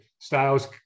styles